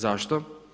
Zašto?